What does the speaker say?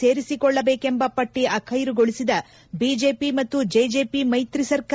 ಸೇರಿಸಿಕೊಳ್ಳಬೇಕೆಂಬ ಪಟ್ಟಿ ಆಖ್ವೆರುಗೊಳಿಸಿದ ಬಿಜೆಪಿ ಮತ್ತು ಜೆಜೆಪಿ ಮ್ನೆತ್ರಿ ಸರ್ಕಾರ